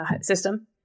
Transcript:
system